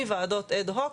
מהרכב אד-הוק,